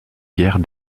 guerre